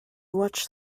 watched